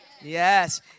Yes